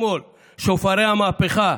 שופרי המהפכה,